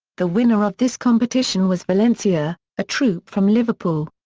the winner of this competition was valencia, a troupe from liverpool.